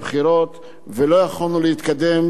וזה חזר על עצמו פעמים מספר.